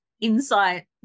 insight